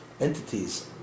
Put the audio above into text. entities